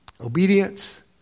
Obedience